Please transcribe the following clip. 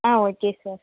ah okay sir